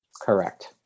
Correct